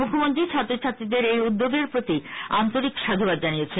মুখ্যমন্ত্রী ছাত্র ছাত্রীদের এই উদ্যোগের প্রতি আন্তরিক সাধুবাদ জানিয়েছেন